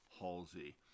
halsey